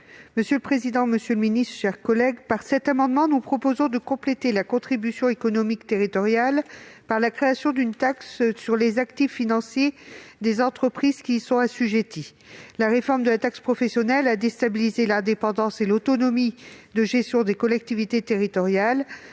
ainsi libellé : La parole est à Mme Michelle Gréaume. Par cet amendement, nous proposons de compléter la contribution économique territoriale (CET) par la création d'une taxe sur les actifs financiers des entreprises assujetties. La réforme de la taxe professionnelle a réduit l'indépendance et l'autonomie de gestion des collectivités territoriales.